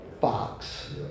fox